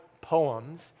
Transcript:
poems